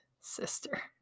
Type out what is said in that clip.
sister